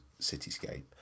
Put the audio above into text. cityscape